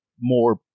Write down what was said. more